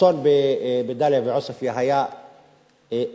האסון בדאליה ועוספיא היה נוראי,